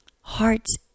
Hearts